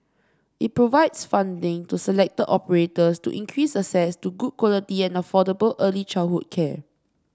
it provides funding to selected operators to increase access to good quality and affordable early childhood care